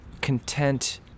content